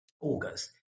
August